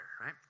right